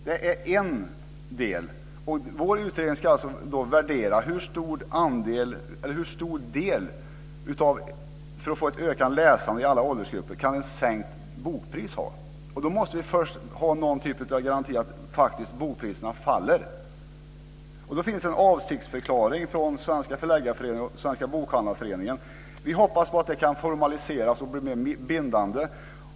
Detta är en del. Vår utredning ska värdera hur stor del i att få ett ökat läsande i alla åldersgrupper ett sänkt bokpris kan ha. Då måste vi först ha någon typ av garanti för att bokpriserna faktiskt faller. Det finns en avsiktsförklaring från Svenska Förläggareföreningen och Svenska Bokhandlareföreningen, och vi hoppas att den kan formaliseras och bli mer bindande.